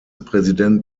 präsident